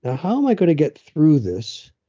ah how am i going to get through this?